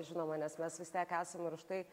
žinoma nes mes vis tiek esam ir už tai